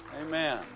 Amen